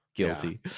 guilty